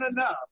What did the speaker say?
enough